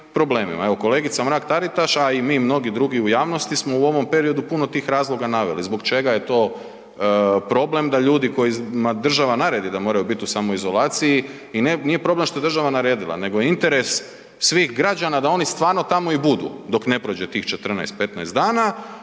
Evo, kolegica Mrak-Taritaš, a i mi mnogi drugi u javnosti smo u ovom periodu puno tih razloga naveli, zbog čega je to problem da ljudi kojima država naredi da moraju biti u samoizolaciji i nije problem što je država naredila, nego je interes svih građana da oni stvarno tamo i budu dok ne prođe tih 14, 15 dana,